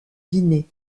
guinée